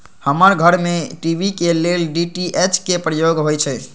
हमर घर में टी.वी के लेल डी.टी.एच के प्रयोग होइ छै